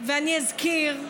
ואני אזכיר,